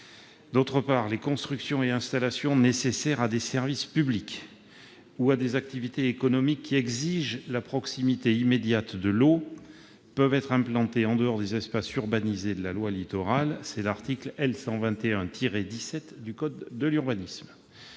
outre, les constructions et installations nécessaires à des services publics ou à des activités économiques qui exigent la proximité immédiate de l'eau peuvent être implantées en dehors des espaces urbanisés de la loi Littoral, aux termes de l'article L. 121-17 du code précité.